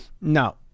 No